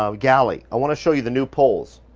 ah galley. i wanna show you the new poles.